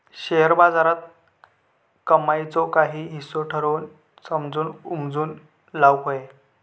share बाजारात कमाईचो काही हिस्सो ठरवून समजून उमजून लाऊक व्हये